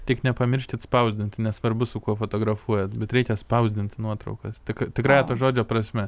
tik nepamirškit spausdinti nesvarbu su kuo fotografuojat bet reikia spausdint nuotraukas tik tikrąja to žodžio prasme